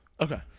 Okay